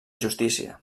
justícia